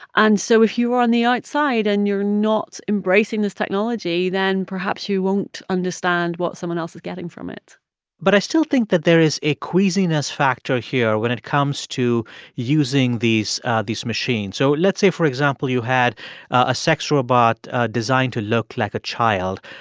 and so if you are on the outside, and you're not embracing this technology, then perhaps you won't understand what someone else is getting from it but i still think that there is a queasiness factor here when it comes to using these these machines. so let's say, for example, you had a sex robot designed to look like a child,